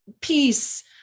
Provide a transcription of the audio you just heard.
peace